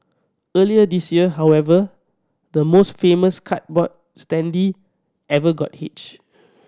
earlier this year however the most famous cardboard standee ever got hitched